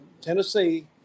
Tennessee